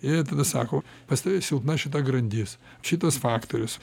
ir tada sako pas tave silpna šita grandis šitas faktorius